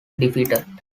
defeated